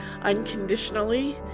unconditionally